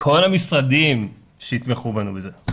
מכל המשרדים שיתמכו בנו בזה.